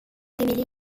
démêlés